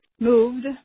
moved